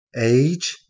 Age